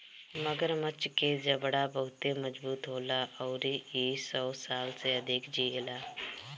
मगरमच्छ के जबड़ा बहुते मजबूत होला अउरी इ सौ साल से अधिक जिएला